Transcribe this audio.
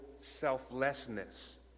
selflessness